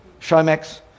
Showmax